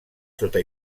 sota